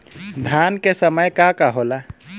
धान के समय का का होला?